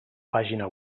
pàgina